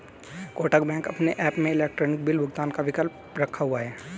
Kotak bank अपने app में electronic bill भुगतान का विकल्प रखा हुआ है